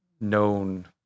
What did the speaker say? known